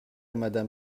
madame